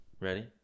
Ready